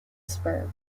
spur